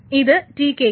ഇത് Tk ക്ക് ക്ക്